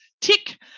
tick